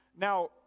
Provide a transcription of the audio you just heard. Now